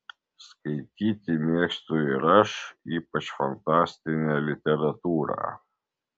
skaityti mėgstu ir aš ypač fantastinę literatūrą